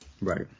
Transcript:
Right